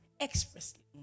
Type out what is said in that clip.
expressly